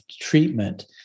treatment